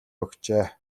өгчээ